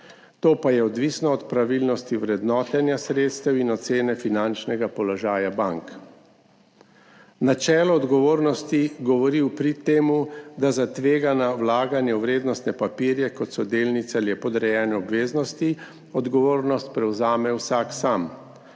To pa je odvisno od pravilnosti vrednotenja sredstev in ocene finančnega položaja bank. Načelo odgovornosti govori v prid temu, da za tvegana vlaganja v vrednostne papirje, kot so delnice ali podrejene obveznosti, odgovornost prevzame vsak sam.